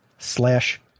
slash